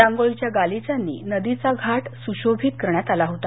रांगोळीच्या गालिचांनी नदी घाट सुशोभित करण्यात आला होता